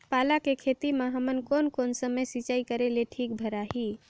पाला के खेती मां हमन कोन कोन समय सिंचाई करेले ठीक भराही?